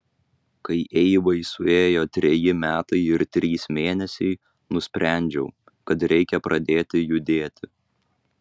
kai eivai suėjo treji metai ir trys mėnesiai nusprendžiau kad reikia pradėti judėti